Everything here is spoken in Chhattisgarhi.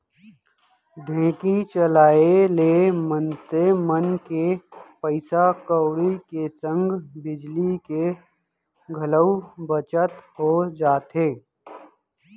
ढेंकी चलाए ले मनसे मन के पइसा कउड़ी के संग बिजली के घलौ बचत हो जाथे